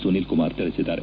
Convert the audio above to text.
ಸುನೀಲ್ ಕುಮಾರ್ ತಿಳಿಸಿದ್ದಾರೆ